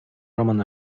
roman